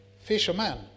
fisherman